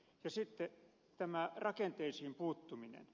sitten tämä rakenteisiin puuttuminen